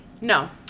No